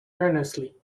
earnestly